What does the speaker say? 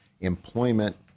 employment